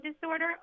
disorder